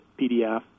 PDF